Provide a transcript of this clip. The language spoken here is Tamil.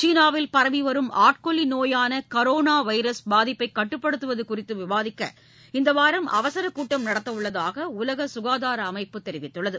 சீனாவில் பரவிவரும் ஆட்கொல்லி நோயான கரோனா வைரஸ் பாதிப்பை கட்டுப்படுத்துவது குறித்து விவாதிக்க இந்த வாரம் அவசர கூட்டம் நடத்த உள்ளதாக உலக சுகாதார அமைப்பு தெரிவித்துள்ளது